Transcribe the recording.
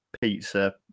pizza